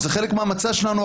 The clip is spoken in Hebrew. זה חלק מהמצע שלנו.